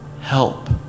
help